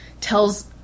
tells